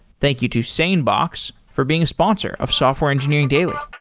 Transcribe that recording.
thank you to sanebox for being a sponsor of software engineering daily